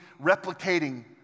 replicating